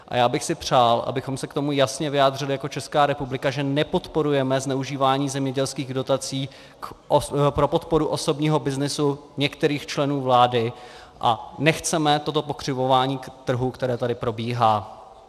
A já bych si přál, abychom se k tomu jasně vyjádřili jako Česká republika, že nepodporujeme zneužívání zemědělských dotací pro podporu osobního byznysu některých členů vlády a nechceme toto pokřivování trhu, které tady probíhá.